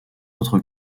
autres